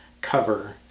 cover